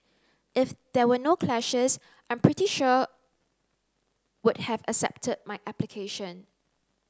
if there were no clashes I'm pretty sure would have accepted my application